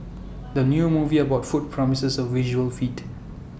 the new movie about food promises A visual feast